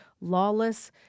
lawless